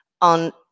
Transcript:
on